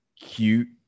cute